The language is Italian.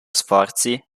sforzi